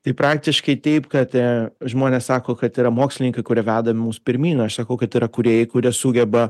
tai praktiškai taip kad žmonės sako kad yra mokslininkai kurie veda mus pirmyn aš sakau kad tai yra kūrėjai kurie sugeba